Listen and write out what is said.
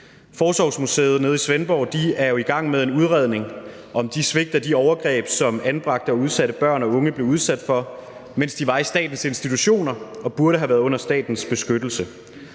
Forsorgsmuseum i Svendborg er i gang med en udredning om de svigt og de overgreb, som anbragte og udsatte børn og unge blev udsat for, mens de var i statens institutioner og burde have været under statens beskyttelse.